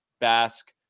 Basque